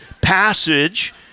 passage